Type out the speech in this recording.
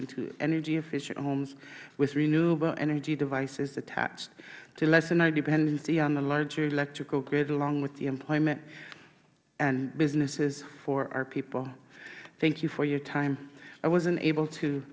into energy efficient homes with renewable energy devices attached and to lessen our dependency on the larger electrical grid along with the employment and businesses for our people thank you for your time i wasn't